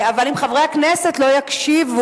אבל אם חברי הכנסת לא יקשיבו,